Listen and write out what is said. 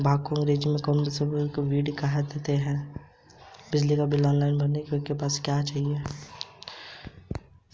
भांग को अंग्रेज़ी में कैनाबीस, मैरिजुआना, वीड भी कहते हैं